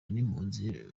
b’impunzi